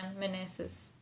Meneses